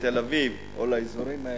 לתל-אביב או לאזורים האלה,